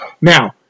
Now